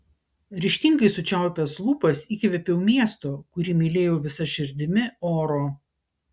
ryžtingai sučiaupęs lūpas įkvėpiau miesto kurį mylėjau visa širdimi oro